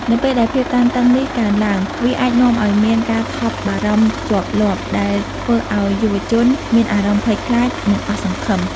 នៅពេលដែលភាពតានតឹងនេះកើនឡើង វាអាចនាំឱ្យមាន ការថប់បារម្ភជាប់លាប់ ដែលធ្វើឱ្យយុវជនមានអារម្មណ៍ភ័យខ្លាច និងអស់សង្ឃឹម។